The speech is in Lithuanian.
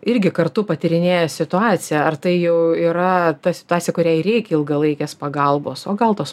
irgi kartu patyrinėję situaciją ar tai jau yra ta situacija kuriai reikia ilgalaikės pagalbos o gal tos